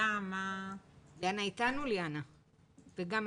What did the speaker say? ליאנה מגד